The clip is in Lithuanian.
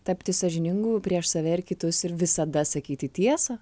tapti sąžiningu prieš save ir kitus ir visada sakyti tiesą